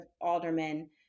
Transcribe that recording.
Aldermen